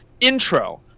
intro